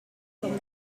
from